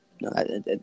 no